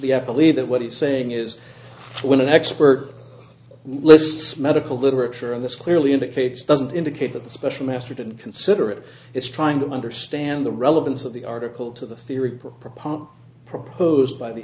the i believe that what he's saying is when an expert lists medical literature on this clearly indicates doesn't indicate that the special master didn't consider it is trying to understand the relevance of the article to the theory proposed